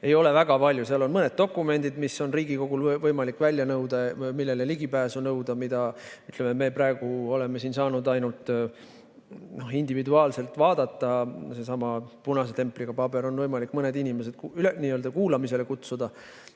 ei ole väga palju. Seal on mõned dokumendid, mida on Riigikogul võimalik välja nõuda või millele ligipääsu nõuda, mida me praegu oleme saanud ainult individuaalselt vaadata, need on needsamad punase templiga paberid. On võimalik mõned inimesed n‑ö kuulamisele kutsuda.